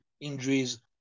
injuries